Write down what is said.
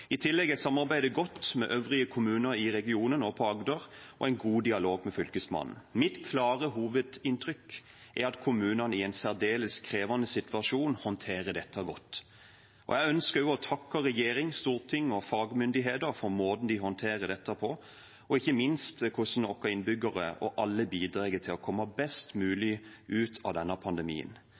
I tillegg er samarbeidet godt med øvrige kommuner i regionen og på Agder, og det er en god dialog med Fylkesmannen. Mitt klare hovedinntrykk er at kommunene i en særdeles krevende situasjon håndterer dette godt. Jeg ønsker også å takke regjering, storting og fagmyndigheter for måten de håndterer dette på, og ikke minst hvordan våre innbyggere og alle bidrar til å komme best mulig ut av denne pandemien.